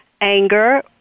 anger